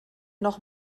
noch